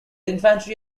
infantry